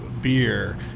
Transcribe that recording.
beer